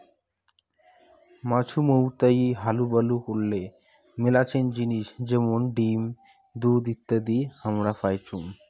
মাছুমৌতাই হালুবালু করলে মেলাছেন জিনিস যেমন ডিম, দুধ ইত্যাদি হামরা পাইচুঙ